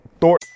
Thor-